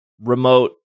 remote